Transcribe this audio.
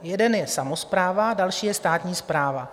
Jeden je samospráva, další je státní správa.